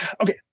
Okay